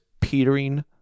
petering